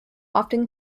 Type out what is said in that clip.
often